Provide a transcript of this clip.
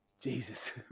Jesus